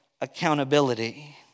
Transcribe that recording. accountability